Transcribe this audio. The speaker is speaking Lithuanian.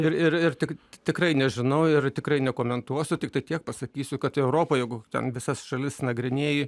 ir ir ir tik tikrai nežinau ir tikrai nekomentuosiu tiktai tiek pasakysiu kad europoj jeigu ten visas šalis nagrinėji